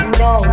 no